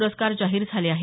पुरस्कार जाहीर झाले आहेत